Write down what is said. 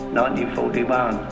1941